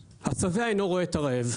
השבע אינו רואה את הרעב.